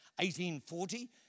1840